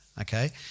okay